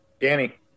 Danny